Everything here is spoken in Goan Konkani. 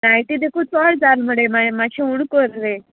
नायती देखून चड जाल मागी मातशें हूण कर